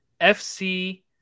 FC